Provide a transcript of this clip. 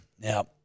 Now